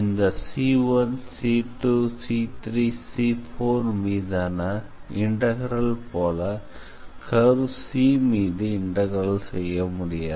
இந்த C1C2C3C4மீதான இண்டெக்ரல் போல கர்வ் C மீது இண்டெக்ரல் செய்ய முடியாது